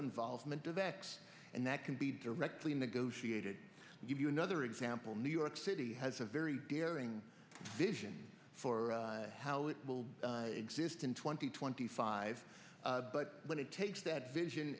involvement of x and that can be directly negotiated and give you another example new york city has a very daring vision for how it will exist in twenty twenty five but when it takes that vision